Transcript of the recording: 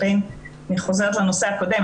אני חוזרת לנושא הקודם,